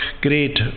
great